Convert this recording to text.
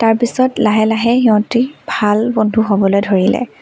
তাৰপিছত লাহে লাহে সিহঁতি ভাল বন্ধু হ'বলৈ ধৰিলে